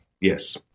Yes